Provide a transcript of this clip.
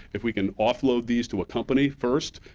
if we can offload these to a company first,